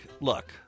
look